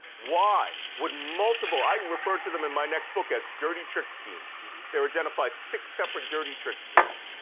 why would multiple, i refer to them in my next book as dirty tricks teams, they've identified six separate dirty tricks teams.